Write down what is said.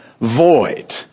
void